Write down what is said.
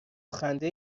خنده